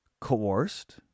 coerced